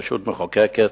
רשות מחוקקת,